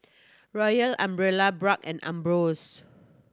Royal Umbrella Bragg and Ambros